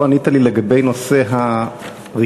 לא ענית לי לגבי נושא הריכוזיות,